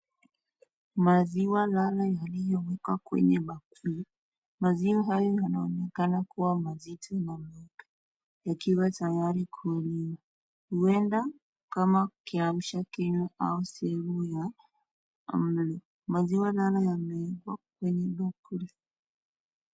Maziwa lala yaliyowekwa kwenye bakuli. Maziwa hayo yanaonekana kuwa mazito na mengi yakiwa tayari kuliwa. Huenda kama kiamshakinywa ama sehemu ya ,maziwa lala yamewekwa kwenye bakuli.